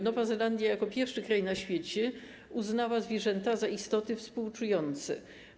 Nowa Zelandia jako pierwszy kraj na świecie uznała zwierzęta za istoty współczujące.